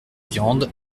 viande